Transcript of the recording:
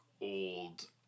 old